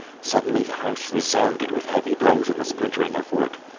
suddenly the house resounded with heavy blows and the splintering of wood.